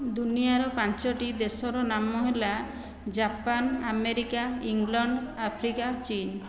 ଦୁନିଆର ପାଞ୍ଚଟି ଦେଶର ନାମ ହେଲା ଜାପାନ ଆମେରିକା ଇଂଲଣ୍ଡ ଆଫ୍ରିକା ଚୀନ